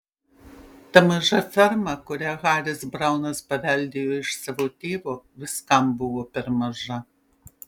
ta maža ferma kurią haris braunas paveldėjo iš savo tėvo viskam buvo per maža